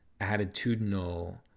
attitudinal